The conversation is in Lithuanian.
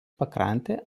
pakrantė